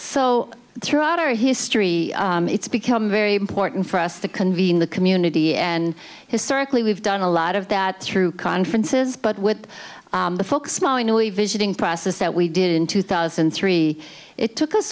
so throughout our history it's become very important for us to convene the community and historically we've done a lot of that through conferences but with the folks small into a visiting process that we did in two thousand and three it took us